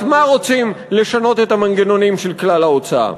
מה רוצים לשנות את המנגנונים של כלל ההוצאה.